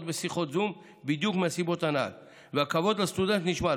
בשיחות זום בדיוק מהסיבות הנ"ל והכבוד לסטודנט נשמר,